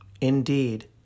Indeed